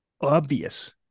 obvious